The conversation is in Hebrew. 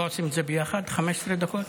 לא עושים את זה ביחד, 15 דקות?